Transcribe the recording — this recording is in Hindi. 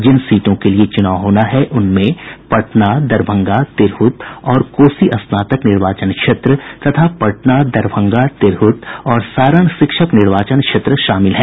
जिन सीटों के लिए चुनाव होना है उनमें पटना दरभंगा तिरहुत और कोसी स्नातक निर्वाचन क्षेत्र तथा पटना दरभंगा तिरहुत और सारण शिक्षक निर्वाचन क्षेत्र शामिल हैं